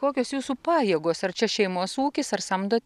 kokios jūsų pajėgos ar čia šeimos ūkis ar samdot